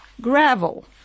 gravel